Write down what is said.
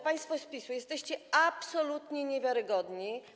Państwo z PiS-u jesteście absolutnie niewiarygodni.